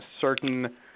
certain